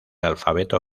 alfabeto